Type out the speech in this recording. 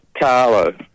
Carlo